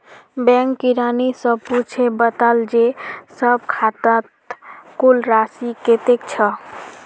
bank किरानी स पूछे बता जे सब खातौत कुल राशि कत्ते छ